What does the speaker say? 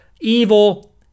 Evil